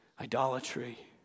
idolatry